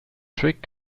trick